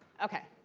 ok.